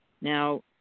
Now